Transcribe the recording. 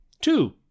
Two